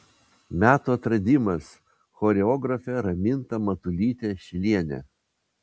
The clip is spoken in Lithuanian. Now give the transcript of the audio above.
metų atradimas choreografė raminta matulytė šilienė